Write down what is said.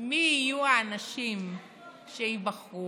מי יהיו האנשים שייבחרו.